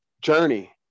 journey